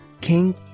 King